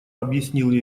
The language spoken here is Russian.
объяснил